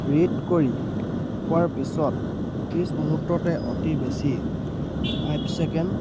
read কৰি পোৱাৰ পিছত পিছ মুহুৰ্ততে অতি বেছি ফাইভ ছেকেণ্ড